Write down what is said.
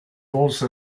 also